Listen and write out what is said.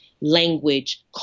language